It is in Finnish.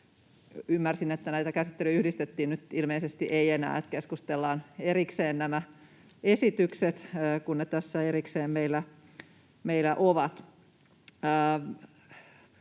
ymmärsin, että näitä käsittelyjä yhdistettiin. Nyt ilmeisesti ei enää ja keskustellaan erikseen nämä esitykset, kun ne tässä erikseen meillä ovat.